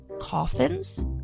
Coffins